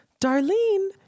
Darlene